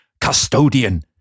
custodian